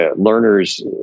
learners